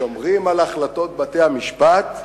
שומרים על החלטות בתי-המשפט,